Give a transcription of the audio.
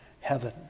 heaven